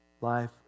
life